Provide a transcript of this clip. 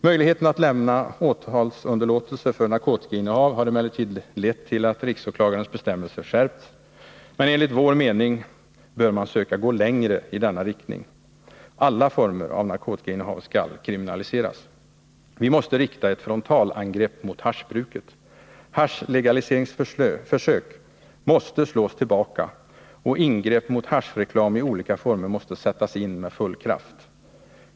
Möjligheten att lämna åtalsunderlåtelse för narkotikainnehav har emellertid lett till att riksåklagarens bestämmelser skärpts. Men enligt vår mening bör man söka gå längre i denna riktning. Alla former av narkotikainnehav skall kriminaliseras! Vi måste rikta ett frontalangrepp mot haschbruket. Haschlegaliseringsförsök måste slås tillbaka, och ingrepp mot haschreklam i olika former måste sättas in med full kraft.